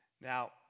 Now